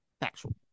factual